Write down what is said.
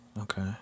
okay